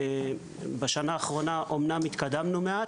בשנה האחרונה אמנם התקדמנו מעט,